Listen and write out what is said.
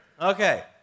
Okay